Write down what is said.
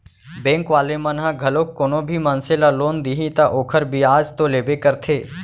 bank वाले मन ह घलोक कोनो भी मनसे ल लोन दिही त ओखर बियाज तो लेबे करथे